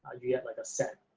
ah you get like a set.